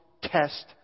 test